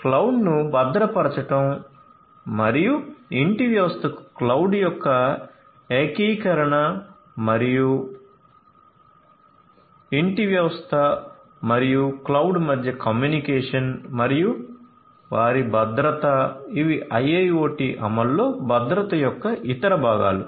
క్లౌడ్ను భద్రపరచడం మరియు ఇంటి వ్యవస్థకు క్లౌడ్ యొక్క ఏకీకరణ మరియు ఇంటి వ్యవస్థ మరియు క్లౌడ్ మధ్య కమ్యూనికేషన్ మరియు వారి భద్రత ఇవి IIoT అమలులో భద్రత యొక్క ఇతర భాగాలు